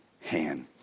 hand